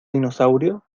dinosaurio